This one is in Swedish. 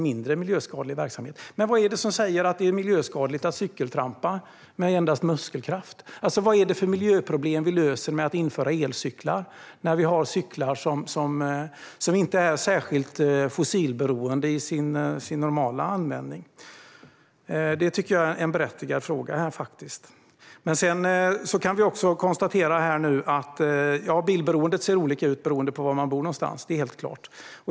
Men vad är det som säger att det är miljöskadligt att cykeltrampa med endast muskelkraft? Vad är det för miljöproblem vi löser genom att införa elcyklar, när vi har cyklar som inte är särskilt fossilberoende i sin normala användning? Det tycker jag faktiskt är en berättigad fråga. Vi kan också konstatera att bilberoendet ser olika ut beroende på var man bor någonstans; det är helt klart.